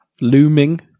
looming